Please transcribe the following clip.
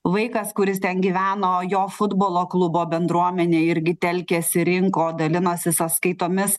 vaikas kuris ten gyveno jo futbolo klubo bendruomenė irgi telkiasi rinko dalinosi sąskaitomis